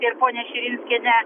ir ponia širinskiene